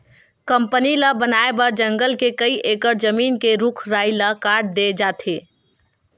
company ल बनाए बर जंगल के कइ एकड़ जमीन के रूख राई ल काट दे जाथे